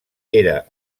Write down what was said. era